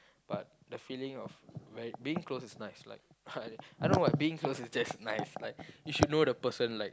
but the feeling of ver~ being close is nice like I don't know what being close in just nice like you should know the person like